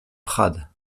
prades